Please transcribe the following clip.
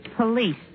Police